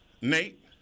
Nate